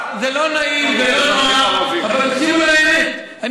זה לא נעים, זה לא נוח, אבל תקשיבו לאמת, ערבים.